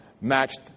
matched